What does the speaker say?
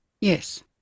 yes